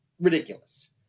Ridiculous